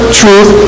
truth